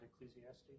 Ecclesiastes